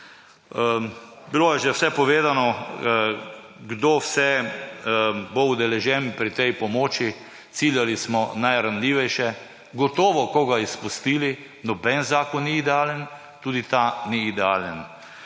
Bilo je že vse povedano, kdo vse bo udeležen pri tej pomoči. Ciljali smo najranljivejše, gotovo koga izpustili. Noben zakon ni idealen, tudi ta ni idealen.